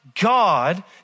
God